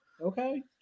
Okay